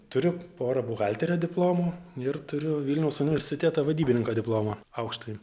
turiu porą buhalterio diplomų ir turiu vilniaus universiteto vadybininko diplomą aukštąjį